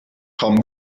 tom